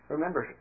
Remember